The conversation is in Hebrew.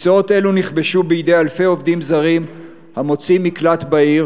מקצועות אלו נכבשו בידי אלפי עובדים זרים המוצאים מקלט בעיר.